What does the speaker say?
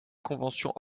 conventions